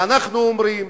ואנחנו אומרים,